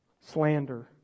Slander